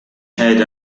head